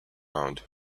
round